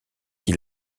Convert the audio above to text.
qui